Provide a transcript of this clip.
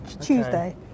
Tuesday